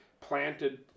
planted